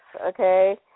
okay